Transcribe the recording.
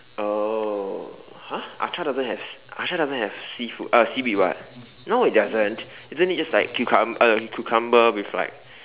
oh !huh! acar doesn't have acar doesn't have seafood uh seaweed [what] no it doesn't isn't it just like cucum~ uh uh cucumber with like